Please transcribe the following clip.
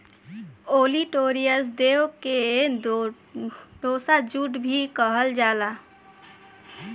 olitorius देव के टोसा जूट भी कहल जाला